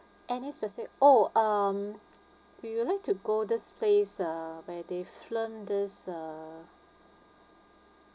any speci~ oh um we would like to go this place uh where they film this uh